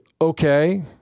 okay